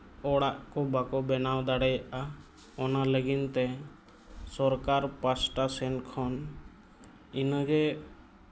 ᱚᱲᱟᱜ ᱠᱚ ᱵᱟᱠᱚ ᱵᱮᱱᱟᱣ ᱫᱟᱲᱮᱭᱟᱜᱼᱟ ᱚᱱᱟ ᱞᱟᱹᱜᱤᱫᱛᱮ ᱥᱚᱨᱠᱟᱨ ᱯᱟᱥᱴᱟ ᱥᱮᱡ ᱠᱷᱚᱱ ᱤᱱᱟᱹ ᱜᱮ